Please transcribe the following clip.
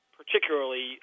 particularly